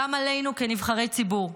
גם עלינו כנבחרי ציבור.